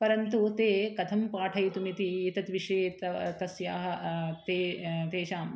परन्तु ते कथं पाठयितुम् इति एतद् विषये त तस्याः ते तेषाम्